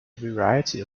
variety